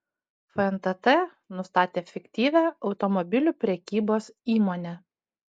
fntt nustatė fiktyvią automobilių prekybos įmonę